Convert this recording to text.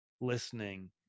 listening